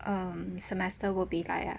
um semester would be like ah